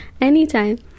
anytime